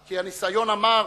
כי הניסיון המר